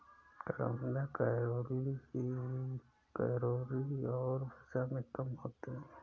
करौंदा कैलोरी और वसा में कम होते हैं